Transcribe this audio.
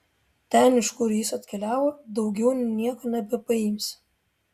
ten iš kur jis atkeliavo daugiau nieko nebepaimsi